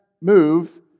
move